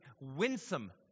winsome